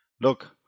look